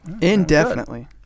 Indefinitely